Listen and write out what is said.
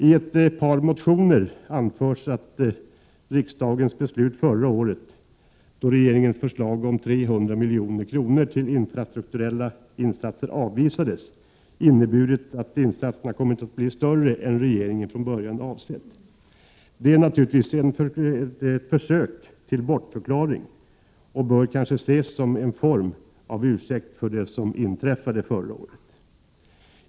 I ett par motioner anförs att riksdagens beslut förra året — då regeringens förslag om 300 milj.kr. till infrastrukturella insatser avvisades — inneburit att insatserna kommit att bli större än regeringen från början avsett. Detta är naturligtvis ett försök till bortförklaring och bör kanske ses som ett slags ursäkt för det som inträffade förra året.